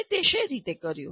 તમે તે શી રીતે કર્યું